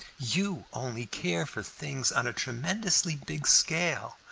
you only care for things on a tremendously big scale,